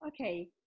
okay